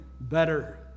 better